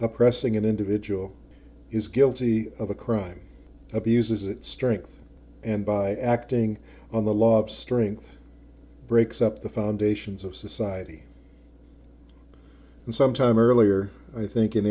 oppressing an individual is guilty of a crime abuses its strength and by acting on the law strength breaks up the foundations of society and sometime earlier i think in